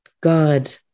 God